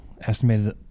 Estimated